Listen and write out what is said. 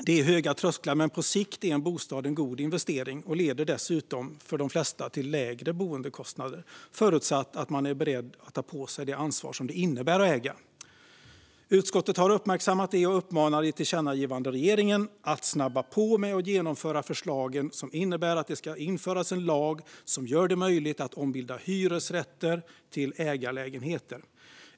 Det är höga trösklar, men på sikt är en bostad en god investering som dessutom på sikt leder till lägre boendekostnader för de flesta - förutsatt att man är beredd att ta på sig det ansvar det innebär att äga. Utskottet har uppmärksammat det och uppmanar i ett tillkännagivande regeringen att snabba på med att genomföra förslagen som innebär att det ska införas en lag som gör det möjligt att ombilda hyresrätter till ägarlägenheter.